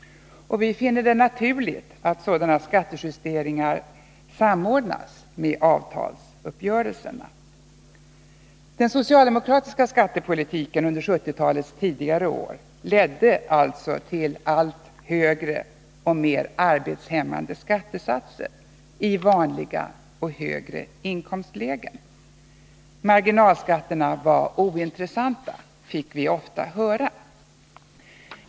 Vi finner det naturligt att sådana skattejusteringar samordnas med avtalsuppgörelserna. Den socialdemokratiska skattepolitiken under 1970-talets tidigare år ledde således till allt högre och mer arbetshämmande skattesatser i vanliga och högre inkomstlägen. Marginalskatterna var ointressanta, fick vi ofta höra.